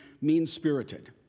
mean-spirited